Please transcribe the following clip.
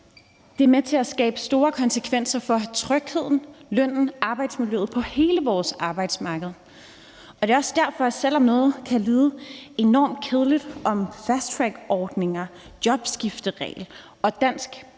det er med til at skabe store konsekvenser for trygheden, lønnen, arbejdsmiljøet på hele vores arbejdsmarked. Det er også derfor, selv om det kan lyde enormt kedeligt med fasttrackordninger, jobskifteregel og krav om dansk